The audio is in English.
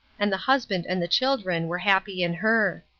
and the husband and the children were happy in her.